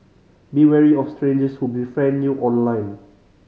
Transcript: be wary of strangers who befriend you online